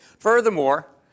Furthermore